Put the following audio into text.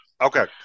Okay